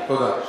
תודה.